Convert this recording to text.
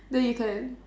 then you can